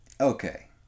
Okay